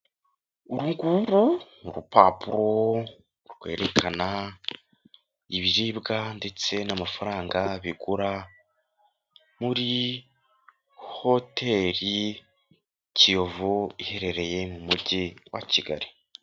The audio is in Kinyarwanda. Urugurubu rupapuro rwerekana ibiribwa ndetse n'amafaranga bigura, muri hoteri Kiyovu iherereye mu mujyi wa Kigali.